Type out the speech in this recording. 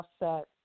offset